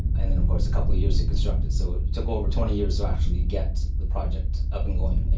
and then of course a couple of years to construct it. so it took over twenty years to actually get the project up and going. and